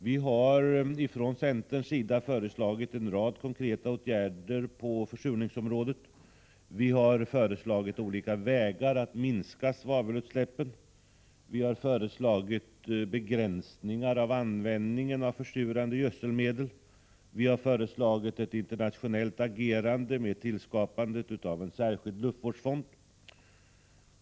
Vi har från centerns sida föreslagit en rad konkreta åtgärder på försurningsområdet. Vi har föreslagit olika vägar att minska svavelutsläppen. Vi har föreslagit begränsningar i användningen av försurande gödselmedel. Vi har föreslagit ett internationellt agerande genom tillskapande av en särskild luftvårdsfond.